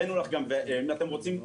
אם אתם רוצים,